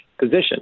position